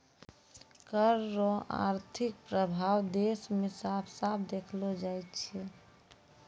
कर रो आर्थिक प्रभाब देस मे साफ साफ देखलो जाय छै